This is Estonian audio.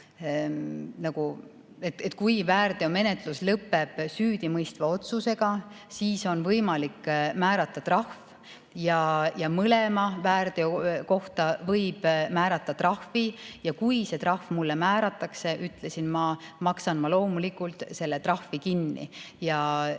kui väärteomenetlus lõpeb süüdimõistva otsusega, siis on võimalik määrata trahv. Ja mõlema väärteo eest võib määrata trahvi. Ja kui see trahv mulle määratakse, ütlesin ma, siis maksan ma loomulikult selle trahvi kinni. Nii nagu